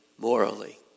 morally